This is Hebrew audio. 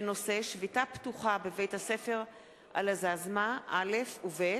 בנושא: שביתה פתוחה בבית-הספר אלעזזמה א' ו-ב'